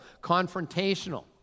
confrontational